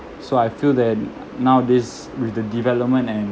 so I feel that nowadays with the development and